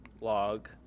log